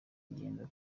ingendo